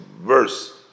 verse